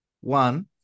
One